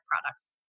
products